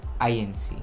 inc